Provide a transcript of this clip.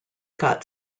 got